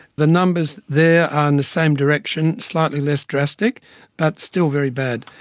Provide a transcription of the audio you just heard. the numbers there are in the same direction, slightly less drastic, but still very bad.